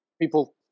People